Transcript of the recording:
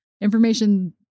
information